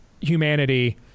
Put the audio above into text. humanity